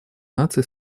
наций